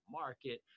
market